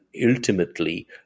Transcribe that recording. ultimately